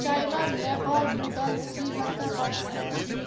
China Nepal Bhutan Sri Lanka Pakistan